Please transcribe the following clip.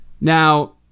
Now